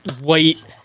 white